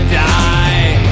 die